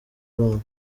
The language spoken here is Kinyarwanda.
bana